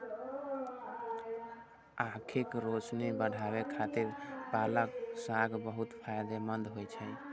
आंखिक रोशनी बढ़ाबै खातिर पालक साग बहुत फायदेमंद होइ छै